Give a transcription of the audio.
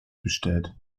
bestellt